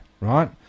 Right